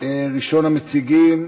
הצעה חשובה.